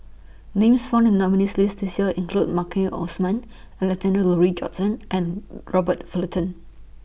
Names found in The nominees' list This Year include Maliki Osman Alexander Laurie Johnston and Robert Fullerton